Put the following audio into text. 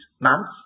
months